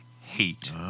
hate